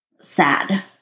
sad